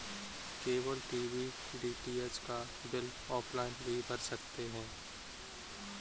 cable TV DTH का bill offline भी भर सकते हैं